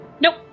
nope